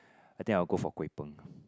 I think I'll go for kuay png